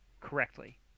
correctly